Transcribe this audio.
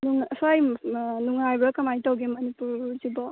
ꯁꯨꯋꯥꯏ ꯑꯥ ꯅꯨꯡꯉꯥꯏꯕ꯭ꯔꯥ ꯀꯃꯥꯏꯅ ꯇꯧꯒꯦ ꯃꯅꯤꯄꯨꯔꯁꯤꯕꯣ